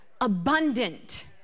abundant